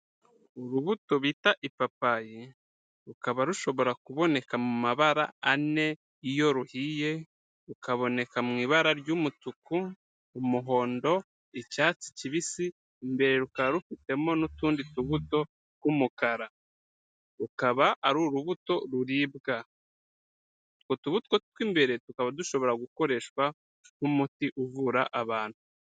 Urubuto bita ipapayi, rukaba rushobora kuboneka mu mabara ane iyo ruhiye, rukabonekawi ibara ry'umutuku, umuhondo, icyatsi kibisi, imbere rukaba rufitemo n'utundi tubuto tw'umukara. Akaba ari urubuto ruribwa. Utwo tubuto tw'imbere, tukaba dushobora gukoreshwa nk'umuti uvura abantu.